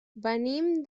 venim